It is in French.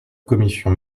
commission